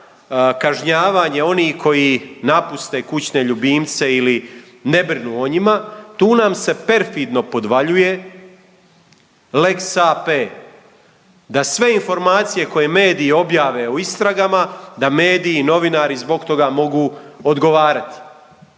kažnjavanje onih koji napuste kućne ljubimce ili ne brinu o njima, tu nam se perfidno podvaljuje Lex AP da sve informacije koje mediji objave u istragama da mediji i novinari zbog toga mogu odgovarat.